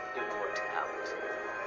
immortality